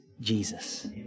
Jesus